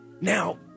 now